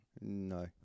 No